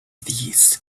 these